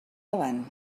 davant